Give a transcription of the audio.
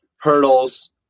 hurdles